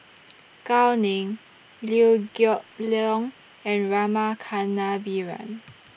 Gao Ning Liew Geok Leong and Rama Kannabiran